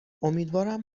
امیدوارم